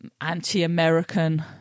anti-American